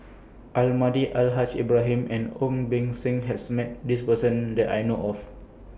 Almahdi Al Haj Ibrahim and Ong Beng Seng has Met This Person that I know of